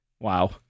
Wow